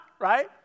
right